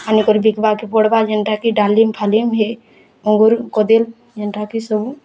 ଆନିକରି ବିକ୍ବା କେ ବଡ଼୍ବା ଯେନ୍ତା କି ଡ଼ାଲିମ୍ ଫାଲିମ୍ ହେ ଅଙ୍ଗୁର୍ କଦିଲ୍ ଏନ୍ତା କି ସବୁ